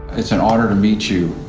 it's an honor to meet you.